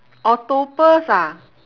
octopus ah